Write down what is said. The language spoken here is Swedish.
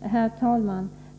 Herr talman!